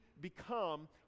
become